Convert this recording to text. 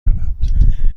دارد